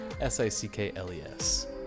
S-I-C-K-L-E-S